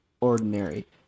ordinary